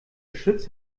schütz